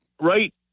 right